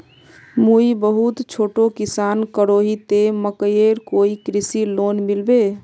मुई बहुत छोटो किसान करोही ते मकईर कोई कृषि लोन मिलबे?